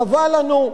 חבל לנו,